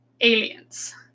Aliens